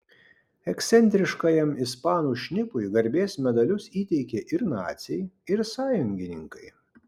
ekscentriškajam ispanų šnipui garbės medalius įteikė ir naciai ir sąjungininkai